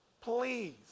Please